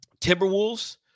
Timberwolves